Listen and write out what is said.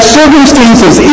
circumstances